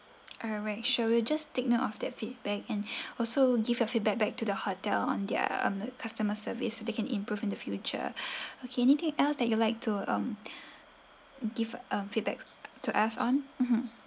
alright sure we'll just take note of that feedback and also give your feedback back to the hotel on their um customer service they can improve in the future okay anything else that you'd like to um give um feedbacks to us on mmhmm